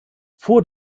vor